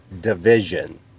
division